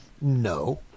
No